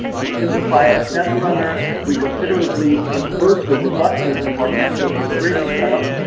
we simplified our test runner, we considerably improved the robustness of our continuous integration setup,